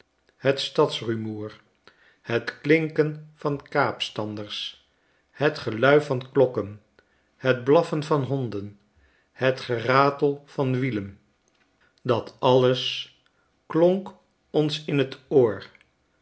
het stadsrumoer het klinken van kaapstanders het gelui van klokken het blaffen van honden het geratel van wielen dat alles klonk ons in t oor